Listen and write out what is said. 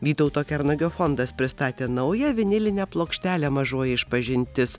vytauto kernagio fondas pristatė naują vinilinę plokštelę mažoji išpažintis